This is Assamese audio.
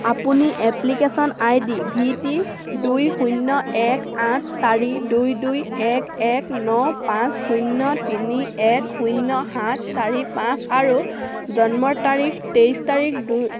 আপুনি application I D V T দুই শূন্য এক আঠ চাৰি দুই দুই এক এক ন পাঁচ শূন্য তিনি এক শূন্য সাত চাৰি পাঁচ আৰু জন্মৰ তাৰিখ তেইছ তাৰিখ দুই